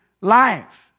life